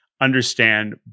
understand